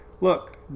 Look